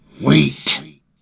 Wait